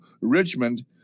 Richmond